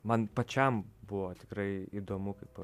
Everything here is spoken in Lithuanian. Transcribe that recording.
man pačiam buvo tikrai įdomu kaip